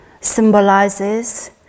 symbolizes